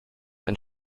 ein